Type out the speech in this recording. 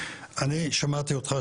אני שמעתי אותך,